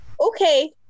Okay